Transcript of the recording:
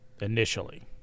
initially